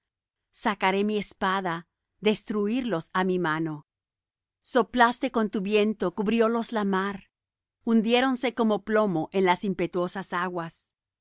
sacaré mi espada destruirlos ha mi mano soplaste con tu viento cubriólos la mar hundiéronse como plomo en las impetuosas aguas